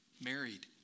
married